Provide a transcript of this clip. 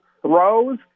throws